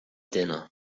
dinner